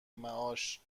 معاش